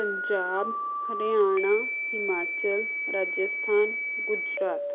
Punjab Haryana Himachal Rajasthan Gujarat